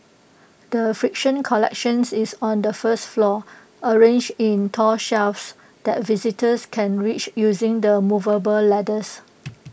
the friction collection is on the first floor arranged in tall shelves that visitors can reach using the movable ladders